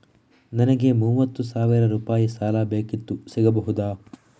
ನನಗೆ ಮೂವತ್ತು ಸಾವಿರ ರೂಪಾಯಿ ಸಾಲ ಬೇಕಿತ್ತು ಸಿಗಬಹುದಾ?